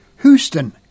Houston